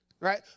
right